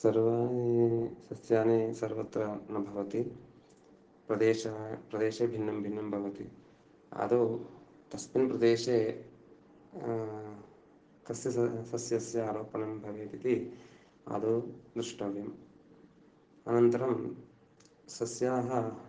सर्वाणि सस्यानि सर्वत्र न भवन्ति प्रदेशे प्रदेशे भिन्नं भिन्नं भवति आदौ तस्मिन् प्रदेशे कस्य सस्यस्य आरोपणं भवेत् इति आदौ द्रष्टव्यम् अनन्तरं सस्यानि